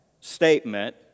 statement